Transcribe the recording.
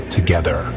together